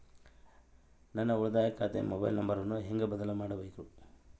ನನ್ನ ಉಳಿತಾಯ ಖಾತೆ ಮೊಬೈಲ್ ನಂಬರನ್ನು ಹೆಂಗ ಬದಲಿ ಮಾಡಬೇಕು?